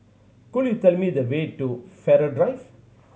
could you tell me the way to Farrer Drive